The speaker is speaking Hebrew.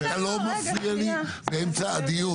אתה לא מפריע לי באמצע הדיון,